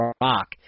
rock